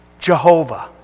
Jehovah